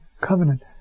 Covenant